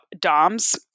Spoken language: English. DOMS